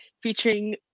featuring